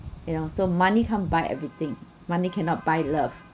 and also money can't buy everything money cannot buy love